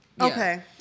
Okay